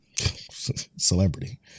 Celebrity